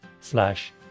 slash